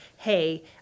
hey